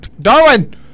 Darwin